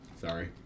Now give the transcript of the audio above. sorry